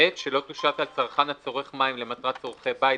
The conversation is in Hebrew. (ב) שלא תושת על צרכן הצורך מים למטרת צורכי בית,